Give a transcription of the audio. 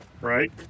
right